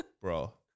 bro